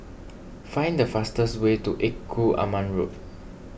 find the fastest way to Engku Aman Road